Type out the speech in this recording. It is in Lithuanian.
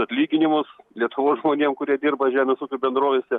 atlyginimus lietuvos žmonėm kurie dirba žemės ūkio bendrovėse